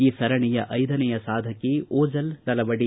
ಈ ಸರಣಿಯ ಐದನೆಯ ಸಾಧಕಿ ಓಜಲ್ ನಲವಡಿ